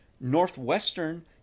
Northwestern